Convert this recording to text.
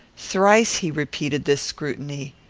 thrice he repeated this scrutiny.